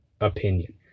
opinion